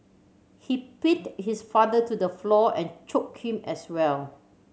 he pinned his father to the floor and choke him as well